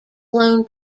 loan